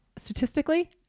statistically